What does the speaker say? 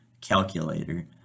calculator